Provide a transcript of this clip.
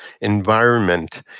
environment